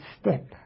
step